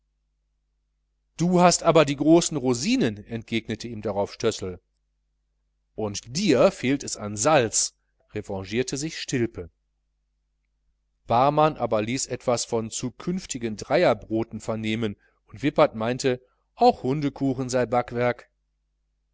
du aber hast die großen rosinen entgegnete ihm darauf stössel und dir fehlt es an salz revanchierte sich stilpe barmann aber ließ etwas von zukünftigen dreierbroten vernehmen und wippert meinte auch hundekuchen sei ein backwerk